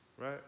right